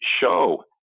show